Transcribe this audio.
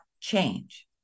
change